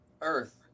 Earth